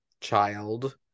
child